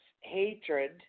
hatred